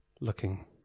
looking